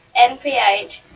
NPH